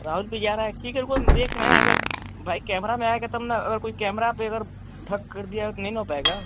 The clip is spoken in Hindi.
राहुल पर जा रहा है ठीक है रुको हम देख रहे हैं अगर भाई कैमरा में आएगा तब नर अगर कोई कैमरा पर अगर ढँक कर दिया हो नहीं ना हो पाएगा